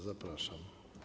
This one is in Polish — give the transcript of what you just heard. Zapraszam.